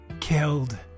killed